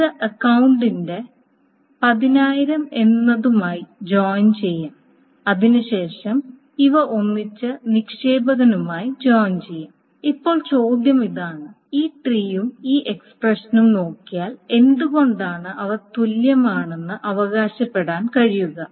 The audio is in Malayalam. ഇത് അക്കൌണ്ടിന്റെ 10000 എന്നതുമായിജോയിൻ ചെയ്യാം അതിനുശേഷം ഇവ ഒന്നിച്ച് നിക്ഷേപകനുമായി ജോയിൻ ചെയ്യാം ഇപ്പോൾ ചോദ്യം ഇതാണ് ഈ ട്രീയും ഈ ഇക്സ്പ്രെഷനും നോക്കിയാൽ എന്തുകൊണ്ടാണ് അവ തുല്യമാണെന്ന് അവകാശപ്പെടാൻ കഴിയുക